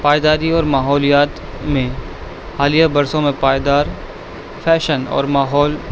پائیداری اور ماحولیات میں حالیہ برسوں میں پائیدار فیشن اور ماحول